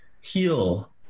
heal